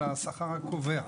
אלא השכר הקובע.